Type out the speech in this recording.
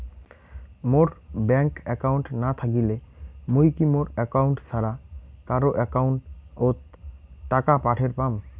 মোর bank account না থাকিলে মুই কি মোর একাউন্ট ছাড়া কারো একাউন্ট অত টাকা পাঠের পাম?